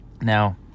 Now